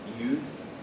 youth